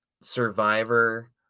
Survivor